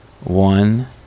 one